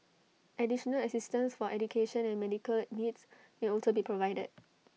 additional assistance for education and medical needs may also be provided